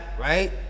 right